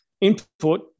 input